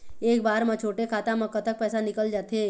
एक बार म छोटे खाता म कतक पैसा निकल जाथे?